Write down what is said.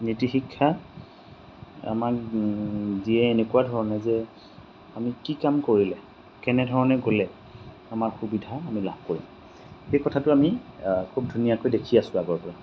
নীতিশিক্ষা আমাক যিয়ে এনেকুৱা ধৰণে যে আমি কি কাম কৰিলে কেনেধৰণে গ'লে আমাৰ সুবিধা আমি লাভ কৰিম সেই কথাটো আমি খুব ধুনীয়াকৈ দেখি আছোঁ আগৰ পৰা